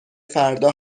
فردا